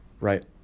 right